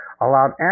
allowed